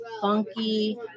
funky